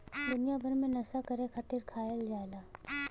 दुनिया भर मे नसा करे खातिर खायल जाला